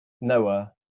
Noah